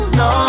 no